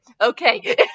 okay